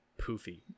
poofy